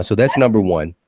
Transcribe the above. so that's number one.